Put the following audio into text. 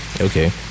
Okay